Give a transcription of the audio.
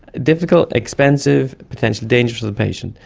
difficult, expensive, potentially dangerous for the patient.